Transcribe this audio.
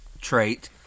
trait